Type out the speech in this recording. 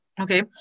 Okay